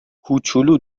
کوچولو